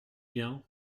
bien